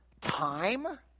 time